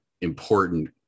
important